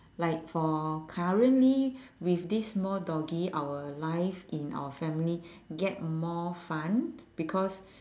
like for currently with this small doggie our life in our family get more fun because